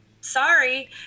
sorry